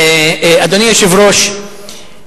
אדוני היושב-ראש,